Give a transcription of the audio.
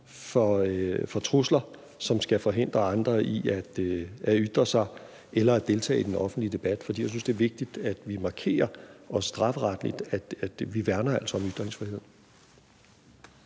for trusler, som skal forhindre andre i at ytre sig eller at deltage i den offentlige debat. For jeg synes, det er vigtigt, at vi markerer, også strafferetligt, at vi altså værner om ytringsfriheden.